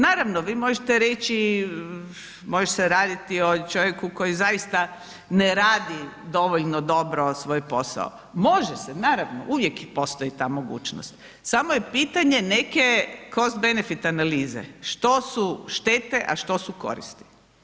Naravno, vi možete reći, može se raditi o čovjeku koji zaista ne radi dovoljno dobro svoj posao, može se naravno, uvijek postoji ta mogućnost, samo je pitanje neke cost benefit analize, što su štete a što su koristi.